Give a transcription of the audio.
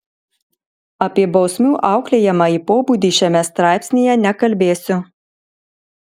apie bausmių auklėjamąjį pobūdį šiame straipsnyje nekalbėsiu